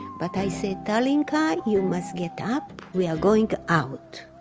but i said talinka you must get up we are going out.